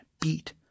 beat